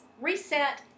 Reset